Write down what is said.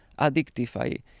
addictive